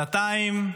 שנתיים,